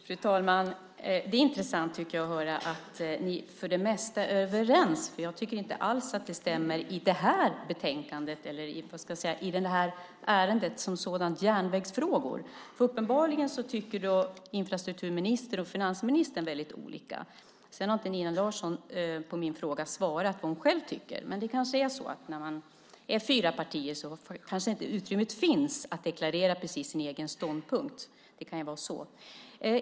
Fru talman! Jag tycker att det är intressant att höra att ni för det mesta är överens, för jag tycker inte alls att det stämmer i det här betänkandet, i ärendet som rör järnvägsfrågor. Uppenbarligen tycker infrastrukturministern och finansministern väldigt olika. Nina Larsson svarade inte på min fråga om vad hon själv tycker, men när man är fyra partier kanske inte utrymmet finns att deklarera precis sin egen ståndpunkt. Det kan vara så.